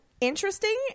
interesting